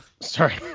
sorry